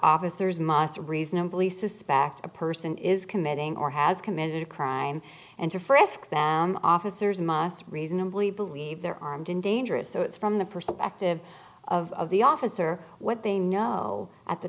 officers mosse reasonably suspect a person is committing or has committed a crime and to frisk them officers must reasonably believe they're armed and dangerous so it's from the perspective of the officer what they know at the